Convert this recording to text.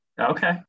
Okay